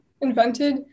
invented